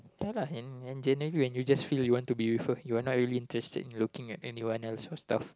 ya lah and and generally when you just feel you want to be with her you are not really interested in looking at anyone else cause the